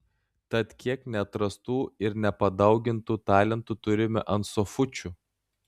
tad kiek neatrastų ir nepadaugintų talentų turime ant sofučių